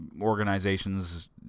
organizations